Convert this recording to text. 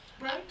Right